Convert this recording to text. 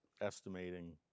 estimating